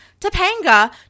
Topanga